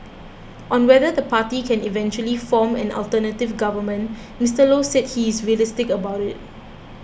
on whether the party can eventually form an alternative government Mister Low said he is realistic about it